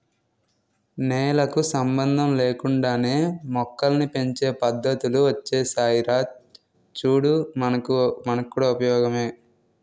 నేలకు సంబంధం లేకుండానే మొక్కల్ని పెంచే పద్దతులు ఒచ్చేసాయిరా చూడు మనకు కూడా ఉపయోగమే